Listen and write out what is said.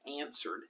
answered